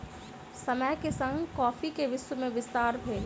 समय के संग कॉफ़ी के विश्व में विस्तार भेल